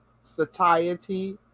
satiety